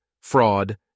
fraud